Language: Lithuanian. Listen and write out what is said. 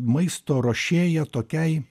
maisto ruošėja tokiai